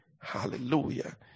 Hallelujah